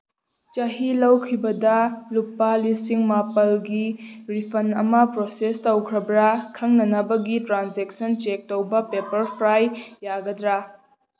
ꯆꯍꯤ ꯂꯣꯏꯈꯤꯕꯗ ꯂꯨꯄꯥ ꯂꯤꯁꯤꯡ ꯃꯥꯄꯜꯒꯤ ꯔꯤꯐꯟ ꯑꯃ ꯄ꯭ꯔꯣꯁꯦꯁ ꯇꯧꯈ꯭ꯔꯕ꯭ꯔꯥ ꯈꯪꯅꯅꯕꯒꯤ ꯇ꯭ꯔꯥꯟꯖꯦꯛꯁꯟ ꯆꯦꯛ ꯇꯧꯕ ꯄꯦꯄꯔꯐ꯭ꯔꯥꯏ ꯌꯥꯒꯗ꯭ꯔꯥ